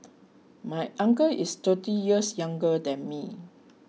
my uncle is thirty years younger than me